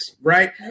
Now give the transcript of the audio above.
right